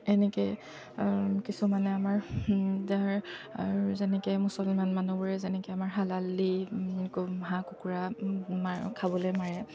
এনেকৈ কিছুমানে আমাৰ ধৰ যেনেকৈ মুছলমান মানুহবোৰে যেনেকৈ আমাৰ হালাল দি হাঁহ কুকুৰা খাবলৈ মাৰে